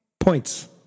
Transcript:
Points